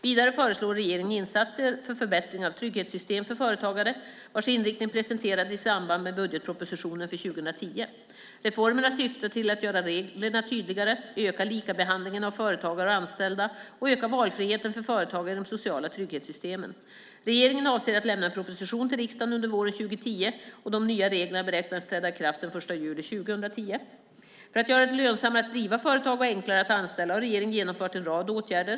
Vidare föreslår regeringen insatser för förbättringar av trygghetssystem för företagare, vars inriktning presenterades i samband med budgetpropositionen för 2010. Reformerna syftar till att göra reglerna tydligare, öka likabehandlingen av företagare och anställda och öka valfriheten för företagare i de sociala trygghetssystemen. Regeringen avser att lämna en proposition till riksdagen under våren 2010, och de nya reglerna beräknas träda i kraft den 1 juli 2010. För att göra det lönsammare att driva företag och enklare att anställa har regeringen genomfört en rad åtgärder.